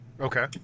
Okay